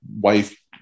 wife